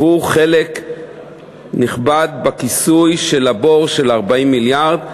והוא חלק נכבד בכיסוי של הבור של 40 מיליארד.